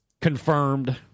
confirmed